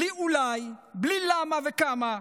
בלי אולי, בלי למה וכמה.